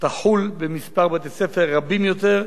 תחול בבתי-ספר רבים יותר,